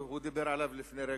שהוא דיבר עליו לפני רגע,